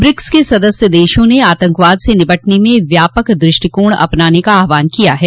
BRICS के सदस्य देशों ने आतंकवाद से निपटने में व्यापक दृष्टिकोण अपनाने का आह्वान किया है